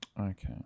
Okay